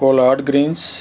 collard greens